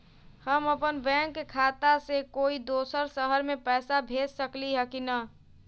हम अपन बैंक खाता से कोई दोसर शहर में पैसा भेज सकली ह की न?